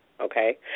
okay